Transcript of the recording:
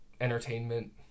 entertainment